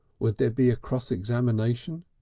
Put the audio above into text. would there be a cross-examination?